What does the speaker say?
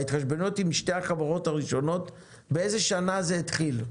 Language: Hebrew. ההתחשבנות עם שתי החברות הראשונות היא באיזו שנה זה התחיל.